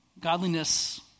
Godliness